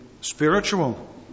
spiritual